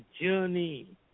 journey